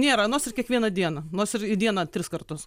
nėra nors ir kiekvieną dieną nors ir į dieną tris kartus